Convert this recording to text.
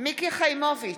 מיקי חיימוביץ'